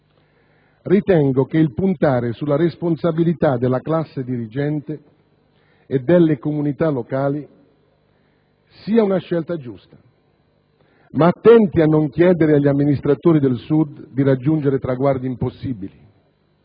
dunque, che il puntare sulla responsabilità della classe dirigente e delle comunità locali sia una scelta giusta. Ma attenti a non chiedere agli amministratori del Sud di raggiungere traguardi impossibili.